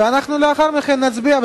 ולאחר מכן אנחנו נצביע,